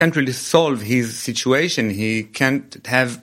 הוא לא יכול לפתור את הסיטואציה שלו, הוא לא יכול שיהיה לו